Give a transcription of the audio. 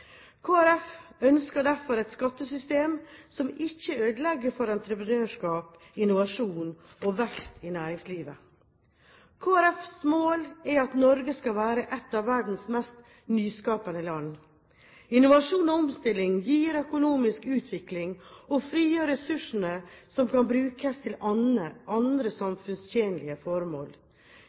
ønsker derfor et skattesystem som ikke ødelegger for entreprenørskap, innovasjon og vekst i næringslivet. Kristelig Folkepartis mål er at Norge skal være et av verdens mest nyskapende land. Innovasjon og omstilling gir økonomisk utvikling og frigjør ressurser som kan brukes til andre samfunnstjenlige formål.